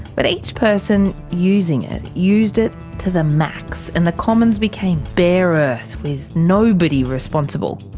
but each person using it used it to the max, and the commons became bare earth, with nobody responsible.